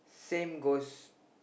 same goes